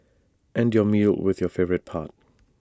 end your meal with your favourite part